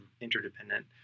interdependent